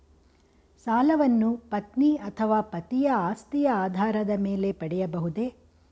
ಸಾಲವನ್ನು ಪತ್ನಿ ಅಥವಾ ಪತಿಯ ಆಸ್ತಿಯ ಆಧಾರದ ಮೇಲೆ ಪಡೆಯಬಹುದೇ?